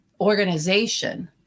organization